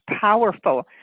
powerful